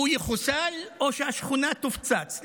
הוא יחוסל או שהשכונה תופצץ.